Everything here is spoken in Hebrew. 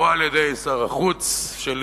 או על-ידי שר החוץ,